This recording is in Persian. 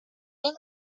این